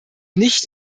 nicht